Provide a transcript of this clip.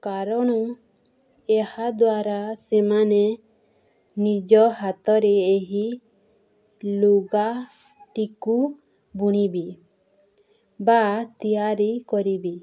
କାରଣ ଏହା ଦ୍ୱାରା ସେମାନେ ନିଜ ହାତରେ ଏହି ଲୁଗାଟିକୁ ବୁଣିବେ ବା ତିଆରି କରିବେ